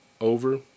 over